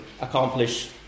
accomplish